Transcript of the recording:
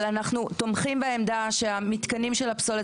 אבל אנחנו תומכים בעמדה שהמתקנים של הפסולת